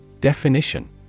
Definition